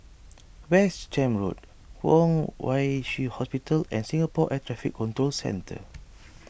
West Camp Road Kwong Wai Shiu Hospital and Singapore Air Traffic Control Centre